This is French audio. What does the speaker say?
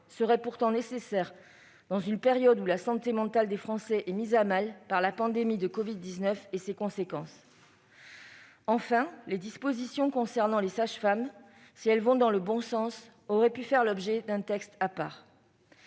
des mesures nécessaires dans une période où la santé mentale des Français est mise à mal par la pandémie de covid-19 et ses conséquences. Enfin, si les dispositions concernant les sages-femmes vont dans le bon sens, elles auraient pu faire l'objet d'un texte à part.